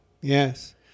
Yes